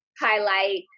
highlight